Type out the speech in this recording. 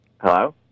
Hello